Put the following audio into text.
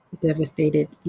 devastated